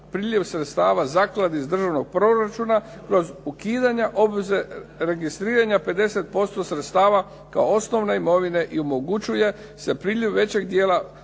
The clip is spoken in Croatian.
priljev sredstava zaklade iz državnog proračuna kroz ukidanje obveze registriranja 50% sredstava kao osnovna imovine i omogućuje se priliv većeg dijela